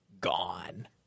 gone